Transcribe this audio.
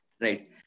right